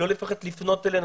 לא לפחד לפנות אלינו,